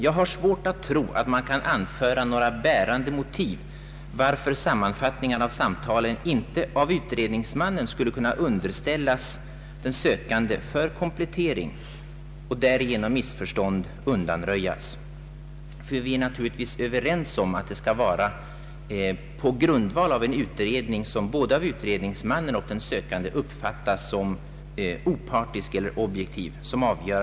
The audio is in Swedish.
Jag har svårt att tro att man kan anföra några bärande motiv för att sammanfattningarna av samtalen inte skulle av utredningsmännen kunna underställas de sökande för komplettering och därigenom missför stånd undanröjas. Vi är naturligtvis överens om att avgörandet skall fattas av nämnden på grundval av en utredning som av både utredningsmannen och den sökande uppfattas såsom opartisk och objektiv.